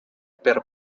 per